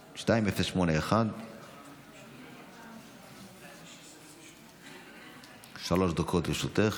2081. שלוש דקות לרשותך,